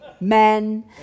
men